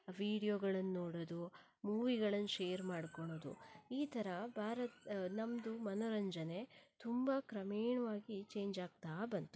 ವಿಡಿಯೋಗಳನ್ನು ನೋಡೋದು ಮೂವಿಗಳನ್ನು ಶೇರ್ ಮಾಡ್ಕೊಳೋದು ಈ ಥರ ಭಾರ ನಮ್ಮದು ಮನೋರಂಜನೆ ತುಂಬ ಕ್ರಮೇಣವಾಗಿ ಚೇಂಜ್ ಆಗ್ತಾ ಬಂತು